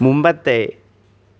മുമ്പത്തെ